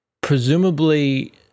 Presumably